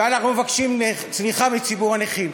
ואנחנו מבקשים סליחה מציבור הנכים.